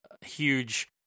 huge